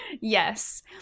Yes